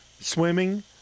swimming